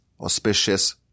auspicious